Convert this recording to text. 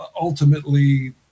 ultimately